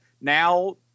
now